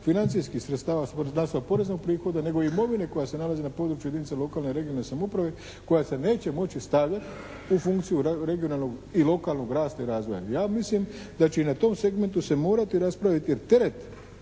financijskih sredstava …/Govornik se ne razumije./… poreznog prihoda nego imovine koja se nalazi na području jedinica lokalne i regionalne samouprave koja se neće moći stavljati u funkciju regionalnog i lokalnog rasta i razvoja. Ja mislim da će i na tom segmentu se morati raspraviti teret